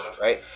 right